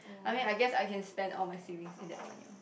I mean I guess I can spend all my savings in that one year